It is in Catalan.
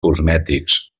cosmètics